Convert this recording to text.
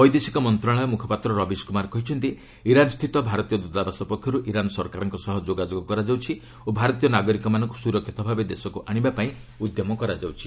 ବୈଦେଶିକ ମନ୍ତ୍ରଣାଳୟ ମୁଖପାତ୍ର ରବିଶ କୁମାର କହିଛନ୍ତି ଇରାନ୍ ସ୍ଥିତ ଭାରତୀୟ ଦୃତାବାସ ପକ୍ଷରୁ ଇରାନ୍ ସରକାରଙ୍କ ସହ ଯୋଗାଯୋଗ କରାଯାଉଛି ଓ ଭାରତୀୟ ନାଗରିକମାନଙ୍କୁ ସୁରକ୍ଷିତ ଭାବେ ଦେଶକୁ ଆଣିବା ପାଇଁ ଉଦ୍ୟମ କରାଯାଉଛି